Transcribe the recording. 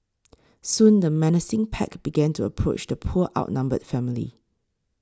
soon the menacing pack began to approach the poor outnumbered family